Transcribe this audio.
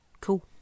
cool